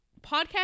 podcast